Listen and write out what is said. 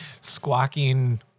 squawking